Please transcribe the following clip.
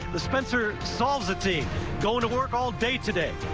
the spencer solves it team going to work all day today.